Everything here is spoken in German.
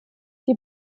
die